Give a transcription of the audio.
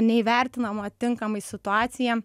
neįvertinama tinkamai situacija